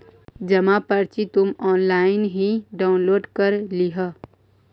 जमा पर्ची तुम ऑनलाइन ही डाउनलोड कर लियह